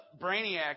Brainiac